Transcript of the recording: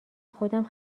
خودم